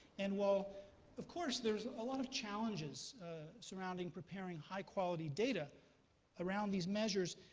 and while of course there's a lot of challenges surrounding preparing high quality data around these measures,